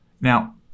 Now